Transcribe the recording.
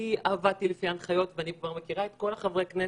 ועבדתי לפי ההנחיות ואני כבר מכירה את כל חברי הכנסת,